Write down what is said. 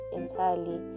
entirely